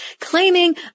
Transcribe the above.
claiming